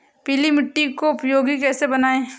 पीली मिट्टी को उपयोगी कैसे बनाएँ?